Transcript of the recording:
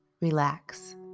relax